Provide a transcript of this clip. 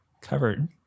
covered